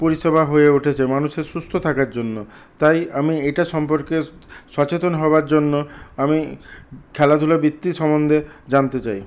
পরিষেবা হয়ে উঠেছে মানুষের সুস্থ থাকার জন্য তাই আমি এটা সম্পর্কে সচেতন হওয়ার জন্য আমি খেলাধুলা বৃত্তি সম্বন্ধে জানতে চাই